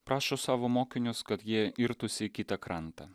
prašo savo mokinius kad jie irtųsi į kitą krantą